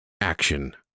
action